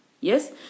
Yes